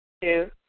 Two